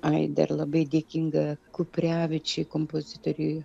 ai dar labai dėkinga kuprevičiui kompozitoriui